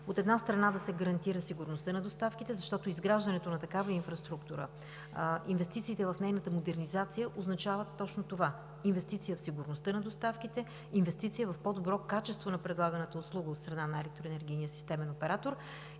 от една страна, да се гарантира сигурността на доставките. Изграждането на такава инфраструктура, инвестициите в нейната модернизация означават точно това – инвестиция в сигурността на доставките, инвестиция в по-добро качество на предлаганата услуга от страна на Електроенергийния системен оператор.